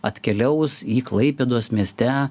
atkeliaus į klaipėdos mieste